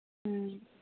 ꯎꯝ